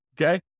Okay